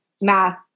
math